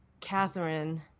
Catherine